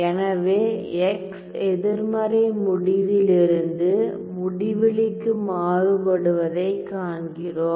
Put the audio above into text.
எனவே x எதிர்மறை முடிவிலிலிருந்து முடிவிலிக்கு மாறுபடுவதை காண்கிறோம்